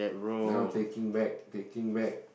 now taking back taking back